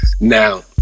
Now